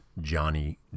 Johnny